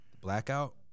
Blackout